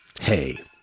Hey